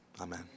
amen